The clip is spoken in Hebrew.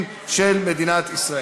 31 בעד, שני מתנגדים, אין נמנעים.